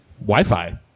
Wi-Fi